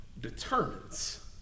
determines